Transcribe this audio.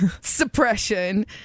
suppression